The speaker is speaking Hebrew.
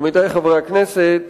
עמיתי חברי הכנסת,